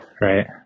right